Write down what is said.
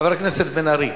חבר הכנסת בן-ארי,